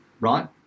right